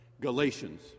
Galatians